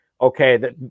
okay